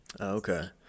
okay